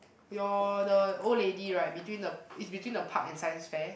your the old lady right between the is between the park and science fair